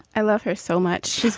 i love her so much.